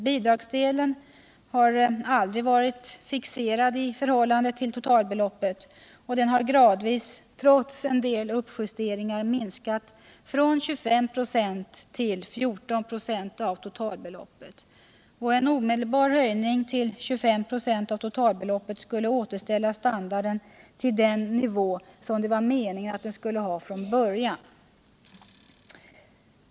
Bidragsdelen, som aldrig varit fixerad i förhållande till totalbeloppet, har gradvis, trots en del uppjusteringar, minskat från 25 96 till 14 96 av totalbeloppet. En omedelbar höjning till 25 96 av totalbeloppet skulle återställa standarden till den nivå som var meningen från början.